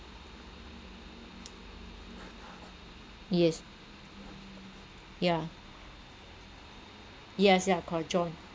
yes yeah yes yeah called john